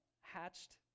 Hatched